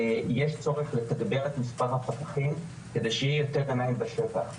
יש צורך לתגבר את מספר הפקחים כדי שיהיו יותר עיניים בשטח.